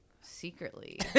secretly